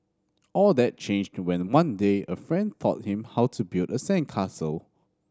all that changed when one day a friend taught him how to build a sandcastle